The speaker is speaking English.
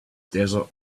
desert